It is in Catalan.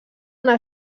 una